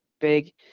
big